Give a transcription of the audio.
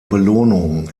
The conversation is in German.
belohnung